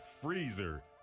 Freezer